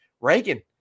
Reagan